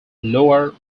lower